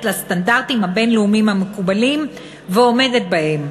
לסטנדרטים הבין-לאומיים המקובלים ועומדת בהם.